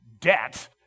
debt